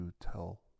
tell